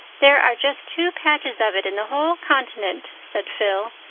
there are just two patches of it in the whole continent, said phil,